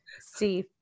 see